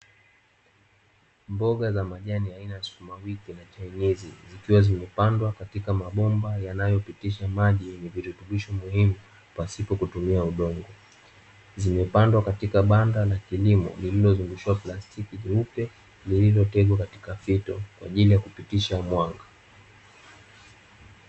Mboga za majani aina ya sukumawiki na chainizi, zikiwa zimepandwa katika mabomba yanayopitisha maji yenye virutubisho muhimu, pasipo kutumia udongo. Zimepandwa katika banda la kilimo lililozungushiwa plastiki jeupe; lililotegwa katika fito kwa ajili ya kupitisha mwanga.